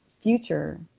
future